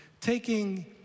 taking